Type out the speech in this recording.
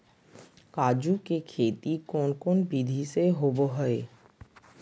काजू के खेती कौन कौन विधि से होबो हय?